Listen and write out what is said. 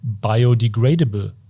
biodegradable